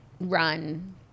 run